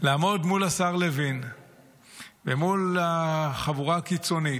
לעמוד מול השר לוין ומול החבורה הקיצונית,